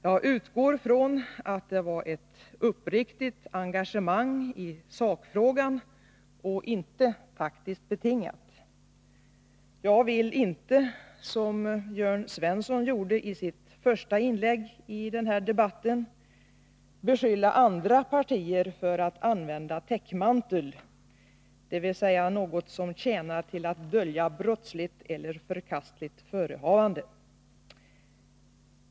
Jag utgår från att det är ett uppriktigt engagemang i sakfrågan och inte taktiskt betingat. Jag vill inte, som Jörn Svensson gjorde i sitt första inlägg i denna debatt, beskylla andra partier för att använda täckmantel, dvs. något som tjänar till att dölja brottsligt eller förkastligt förehavande.